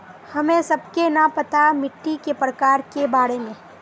हमें सबके न पता मिट्टी के प्रकार के बारे में?